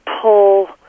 pull